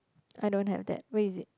I don't have that where is it